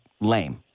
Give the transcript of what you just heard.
lame